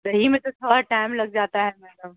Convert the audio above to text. دہی میں تو تھوڑا ٹائم لگ جاتا ہے میڈم